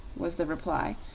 was the reply.